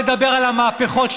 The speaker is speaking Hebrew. רבותיי,